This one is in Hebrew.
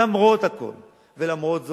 למרות הכול ולמרות זאת,